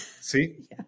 See